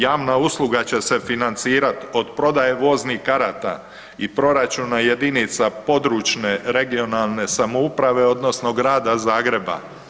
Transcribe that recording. Javna usluga će se financirati od prodaje voznih karata i proračuna jedinica područne (regionalne) samouprave odnosno grada Zagreba.